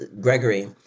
Gregory